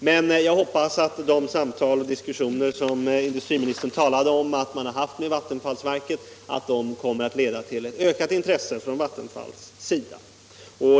Jag hoppas emellertid att de samtal och diskussioner som industriministern talade om att han hade fört med Vattenfall kommer att leda till ökat intresse från Vattenfalls sida.